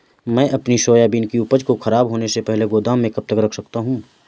मैं अपनी सोयाबीन की उपज को ख़राब होने से पहले गोदाम में कब तक रख सकता हूँ?